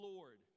Lord